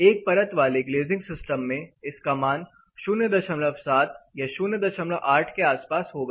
एक परत वाले ग्लेजिंग सिस्टम में इसका मान 07 या 08 के आस पास होगा